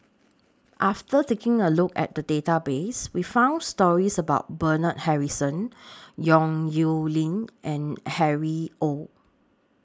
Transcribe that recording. after taking A Look At The Database We found stories about Bernard Harrison Yong Nyuk Lin and Harry ORD